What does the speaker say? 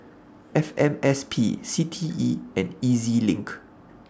F M S P C T E and E Z LINK